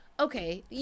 Okay